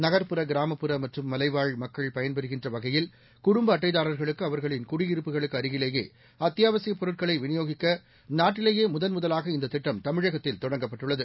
நகள்புற கிராமப்புற மற்றும் மலைவாழ் மக்கள் பயன்பெறுகின்ற வகையில் குடும்ப அட்டைதாரா்களுக்கு அவா்களின் குடியிருப்புகளுக்கு அருகிலேயே அத்தியாவசிய பொருட்களை விநியோகிக்க நாட்டிலேயே முதல் முதலாக இந்த திட்டம் தமிழகத்தில் தொடங்கப்பட்டுள்ளது